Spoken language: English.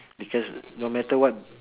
because no matter what